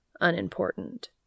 Unimportant